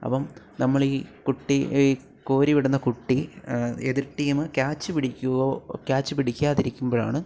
അപ്പം നമ്മൾ ഈ കുട്ടി ഈ കോരി വിടുന്ന കുട്ടി എതിർ ടീമ് ക്യാച്ച് പിടിക്കുകയോ ക്യാച്ച് പിടിക്കാതിരിക്കുമ്പോഴാണ്